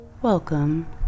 Welcome